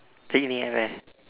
picnic at where